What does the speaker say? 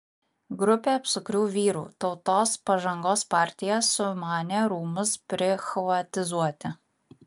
grupė apsukrių vyrų tautos pažangos partija sumanė rūmus prichvatizuoti